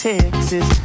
Texas